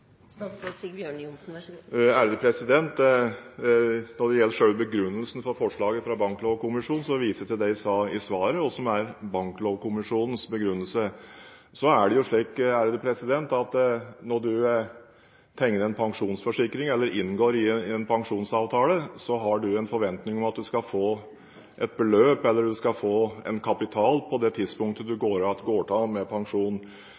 Når det gjelder selve begrunnelsen for forslaget fra Banklovkommisjonen, viser jeg til det jeg sa i svaret mitt, og som er Banklovkommisjonens begrunnelse. Når du tegner en pensjonsforsikring eller inngår en pensjonsavtale, har du en forventning om at du skal få et beløp eller en kapital på det tidspunktet du går av med pensjon,